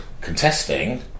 contesting